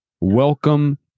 Welcome